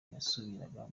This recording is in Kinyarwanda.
yasubiraga